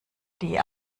die